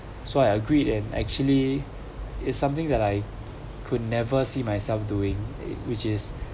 so I agreed and actually it's something that I could never see myself doing which is